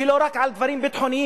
ולא רק על דברים ביטחוניים.